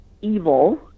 evil